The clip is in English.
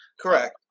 Correct